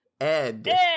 Ed